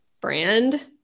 brand